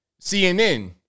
CNN